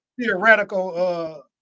theoretical